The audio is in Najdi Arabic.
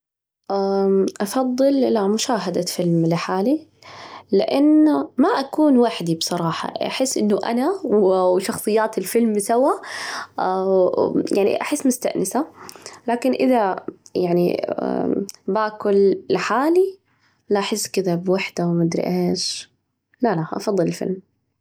أفضل لا مشاهدة فيلم لحالي لأنه ما أكون وحدي بصراحة، أحس أني أنا وشخصيات الفيلم سوا، يعني أحس مستأنسة، لكن إذا يعني بأكل لحالي، لاحظت كذا بوحدة وما أدري إيش، لا أفضل الفيلم.